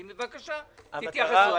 בבקשה, תתייחסו.